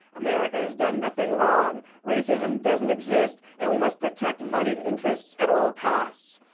america has done nothing wrong, racism doesn't exist, and we must protect moneyed interests at all costs,